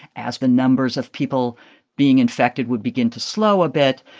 as the numbers of people being infected would begin to slow a bit,